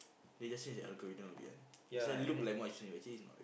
they just change the algorithm a bit ah that's why look like more but actually it's not